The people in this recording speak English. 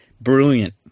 Brilliant